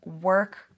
work